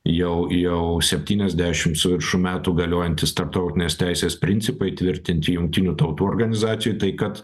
jau jau septyniasdešim su viršum metų galiojantys tarptautinės teisės principai įtvirtinti jungtinių tautų organizacijoj tai kad